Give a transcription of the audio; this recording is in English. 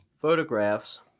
Photographs